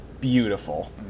beautiful